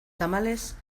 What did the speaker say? tamalez